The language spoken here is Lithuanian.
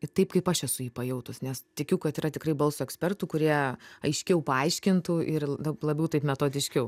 taip kaip aš esu jį pajautus nes tikiu kad yra tikrai balso ekspertų kurie aiškiau paaiškintų ir labiau taip metodiškiau